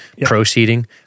Proceeding